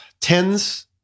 tens